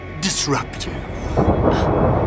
disruptive